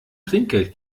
trinkgeld